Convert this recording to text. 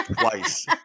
Twice